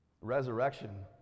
Resurrection